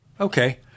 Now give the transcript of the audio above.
Okay